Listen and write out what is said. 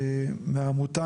מהעמותה,